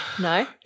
No